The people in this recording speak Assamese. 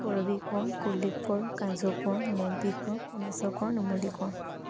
কৰবী কোঁৱৰ কুলদ্বীপ কোঁৱৰ কাজু কোঁৱৰ মম্পী কোঁৱৰ পুণেশ্বৰ কোঁৱৰ নুমলী কোঁৱৰ